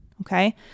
Okay